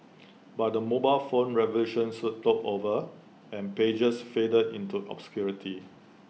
but the mobile phone revolution soon took over and pagers faded into obscurity